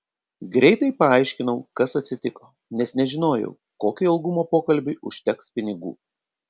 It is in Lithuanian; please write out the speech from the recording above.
greitai paaiškinau kas atsitiko nes nežinojau kokio ilgumo pokalbiui užteks pinigų